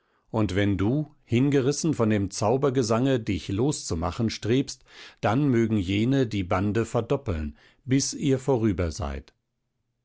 und wenn du hingerissen von dem zaubergesange dich loszumachen strebst dann mögen jene die bande verdoppeln bis ihr vorüber seid